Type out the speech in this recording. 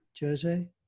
Jose